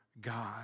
God